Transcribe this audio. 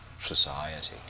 society